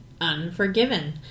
Unforgiven